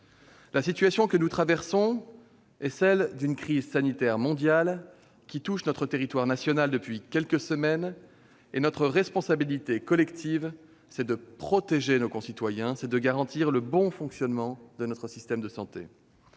enfants, inquiets pour leurs proches. Une crise sanitaire mondiale touche notre territoire depuis quelques semaines. Notre responsabilité collective, c'est de protéger nos concitoyens, c'est de garantir le bon fonctionnement de notre système de santé.